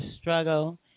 struggle